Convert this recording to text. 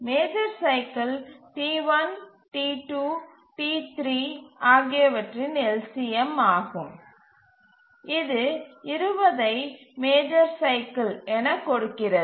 major cycle T1 T2 மற்றும் T3 ஆகியவற்றின் LCM ஆகும் இது 20 ஐ மேஜர் சைக்கில் என கொடுக்கிறது